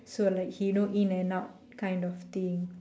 so like he know in and out kind of thing